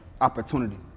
opportunity